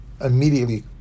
immediately